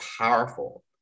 powerful